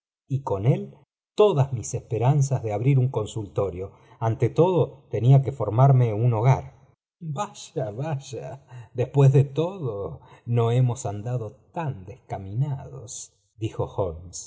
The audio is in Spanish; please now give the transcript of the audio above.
y con él todas mis esperanzas de abrir un consultorio ante todo tenía que formarme un hogar vaya vaya después de todo no hemos andado tan descaminados dijo